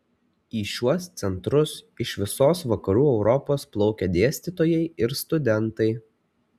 į šiuos centrus iš visos vakarų europos plaukė dėstytojai ir studentai